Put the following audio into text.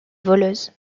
voleuse